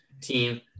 team